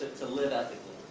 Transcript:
to live ethically.